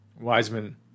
Wiseman